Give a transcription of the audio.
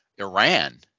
Iran